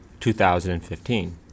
2015